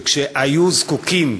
כשהיו זקוקים